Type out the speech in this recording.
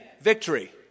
Victory